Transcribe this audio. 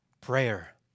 prayer